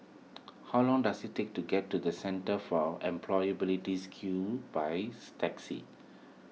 how long does it take to get to the Centre for Employability Skills taxi